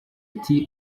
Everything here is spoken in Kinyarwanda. ati